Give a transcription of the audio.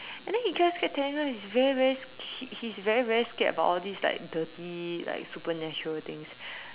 and then he kept telling us he's very very he is very very scared of these kind dirty like supernatural things